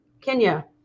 Kenya